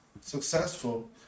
successful